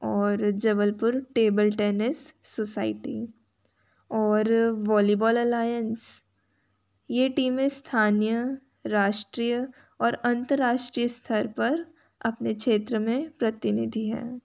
और Jabalpur table tennis society और volleyball alliance ये टीमें स्थनीय राष्ट्रीय और अंतर्राष्ट्रीय स्थर पर अपने क्षेत्र में प्रतिनिधि हैं